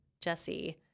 Jesse